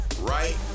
right